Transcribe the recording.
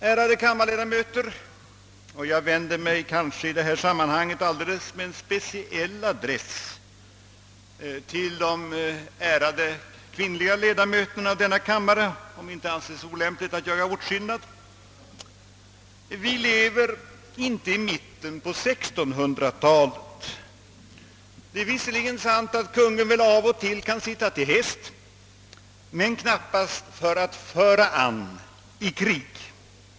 Ärade kammarledamöter — och jag vänder mig i detta sammanhang alldeles särskilt till de ärade kvinnliga ledamöterna av denna kammare, om det inte kan anses olämpligt att göra åtskillnad: Vi lever inte i mitten på 1600 talet. Det är visserligen sant, att kung Gustaf Adolf kan sitta till häst, men knappast för att föra an i krig.